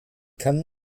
kann